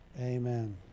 amen